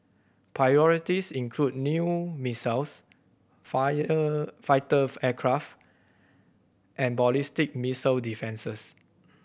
priorities include new missiles fire fighter aircraft and ballistic missile defences